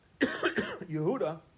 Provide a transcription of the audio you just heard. Yehuda